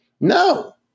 No